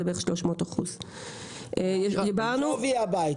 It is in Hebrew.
זה בערך 300%. להערכתי,